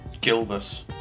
Gilbert